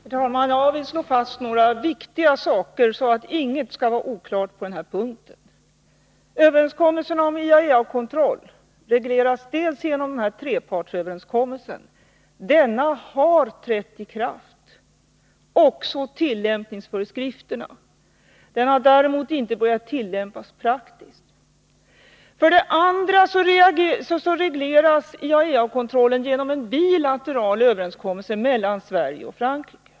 Herr talman! Jag vill slå fast några viktiga saker, så att inget skall vara oklart på den här punkten. För det första regleras IAEA-kontrollen genom en trepartsöverenskommelse. Denna har trätt i kraft liksom också tillämpningsföreskrifterna. Den har däremot inte börjat tillämpas praktiskt. För det andra regleras IAEA-kontrollen genom en bilateral överenskommelse mellan Sverige och Frankrike.